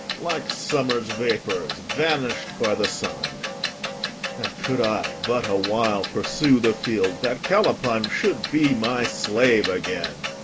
like summer's vapours vanish'd by the sun and, could i but a while pursue the field, that callapine should be my slave again.